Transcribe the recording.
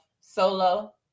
solo